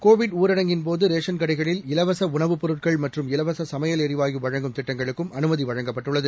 Covid ஊரடங்கின்போது ration கடைகளில் இலவசஉணவுப் பொருட்கள் மற்றும் இலவசசமையல் எரிவாயு வழங்கும் திட்டங்களுக்கும் அனுமதிவழங்கப்பட்டுள்ளது